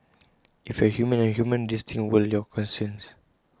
if you are humane and human these things will your conscience